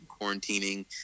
quarantining